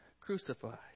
crucified